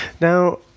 Now